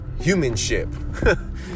humanship